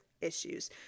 issues